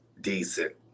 Decent